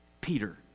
Peter